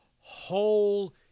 whole